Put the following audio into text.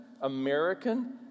American